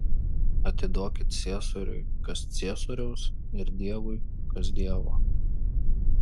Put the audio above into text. atiduokit ciesoriui kas ciesoriaus ir dievui kas dievo